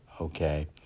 okay